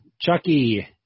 Chucky